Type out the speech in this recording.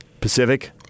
Pacific